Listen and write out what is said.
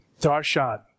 darshan